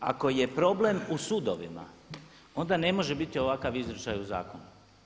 Ako je problem u sudovima onda ne može biti ovakav izričaj u zakonu.